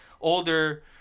older